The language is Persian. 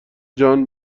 جان